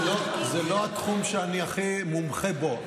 זה לא התחום שאני הכי מומחה בו,